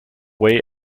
way